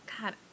God